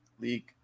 league